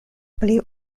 pli